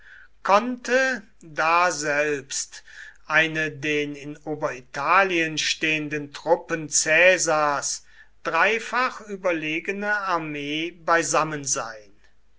konnte daselbst eine den in oberitalien stehenden truppen caesars dreifach überlegene armee beisammen sein